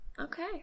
Okay